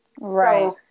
Right